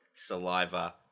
saliva